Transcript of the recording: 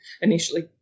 initially